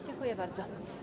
Dziękuję bardzo.